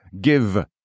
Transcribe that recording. give